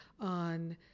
on